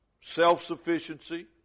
self-sufficiency